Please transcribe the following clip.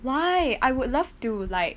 why I would love to like